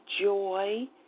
joy